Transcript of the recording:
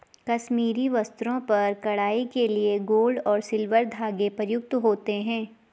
कश्मीरी वस्त्रों पर कढ़ाई के लिए गोल्ड और सिल्वर धागे प्रयुक्त होते हैं